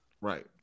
Right